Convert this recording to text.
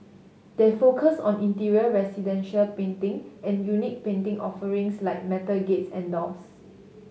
they focus on interior residential painting and unique painting offerings like metal gates and doors